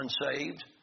unsaved